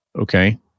Okay